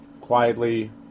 quietly